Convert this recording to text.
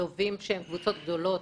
ללווים בקבוצות גדולות